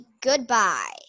Goodbye